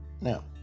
now